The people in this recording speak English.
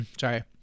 Sorry